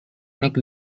nek